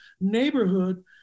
neighborhood